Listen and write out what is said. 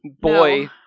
boy